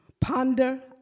ponder